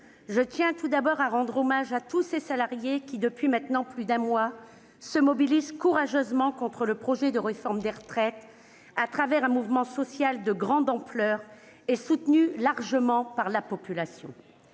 mes chers collègues, à rendre hommage à tous ces salariés qui, depuis maintenant plus d'un mois, se mobilisent courageusement contre le projet de réforme des retraites, à travers un mouvement social de grande ampleur, largement soutenu par la population.